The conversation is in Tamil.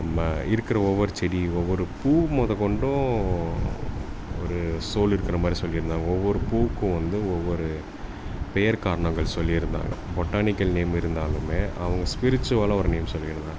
நம்ம இருக்கிற ஒவ்வொரு செடியும் ஒவ்வொரு பூ முதற்கொண்டும் ஒரு ஸோலு இருக்கிற மாதிரி சொல்லியிருந்தாங்க ஒவ்வொரு பூக்கும் வந்து ஒவ்வொரு பெயர் காரணங்கள் சொல்லியிருந்தாங்க பொட்டானிக்கல் நேம் இருந்தாலுமே அவங்க ஸ்பிரிச்ஷூவலாக ஒரு நேம் சொல்லியிருந்தாங்க